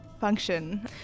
function